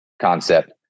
concept